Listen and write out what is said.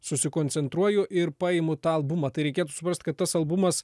susikoncentruoju ir paimu tą albumą tai reikia suprast kad tas albumas